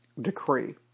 decree